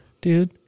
Dude